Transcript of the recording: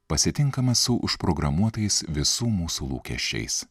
pasitinkamas su užprogramuotais visų mūsų lūkesčiais